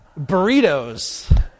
Burritos